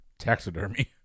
taxidermy